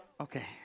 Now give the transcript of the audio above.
Okay